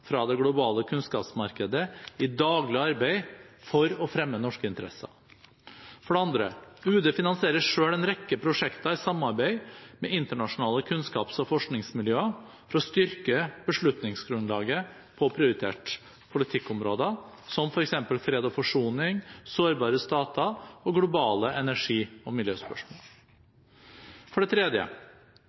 fra det globale kunnskapsmarkedet i daglig arbeid for å fremme norske interesser. For det andre: Utenriksdepartementet finansierer selv en rekke prosjekter i samarbeid med internasjonale kunnskaps- og forskningsmiljøer for å styrke beslutningsgrunnlaget på prioriterte politikkområder, som f. eks. fred og forsoning, sårbare stater og globale energi- og miljøspørsmål. For det tredje: